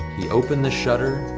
he opened the shutter